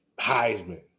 Heisman